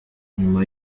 nyuma